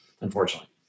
unfortunately